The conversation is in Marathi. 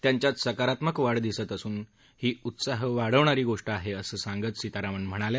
त्यांच्यात सकारात्मक वाढ दिसत असून ही उत्साह वाढवणारी गोष्ट आहे असं सीतारामन म्हणाल्या